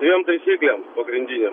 dviem taisyklėm pagrindinėm